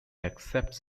accepts